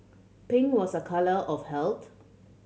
pink was a colour of health